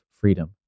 freedom